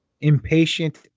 Impatient